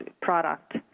product